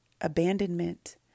abandonment